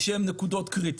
שהן קריטיות.